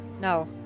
No